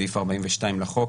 סעיף 42 לחוק